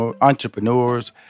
entrepreneurs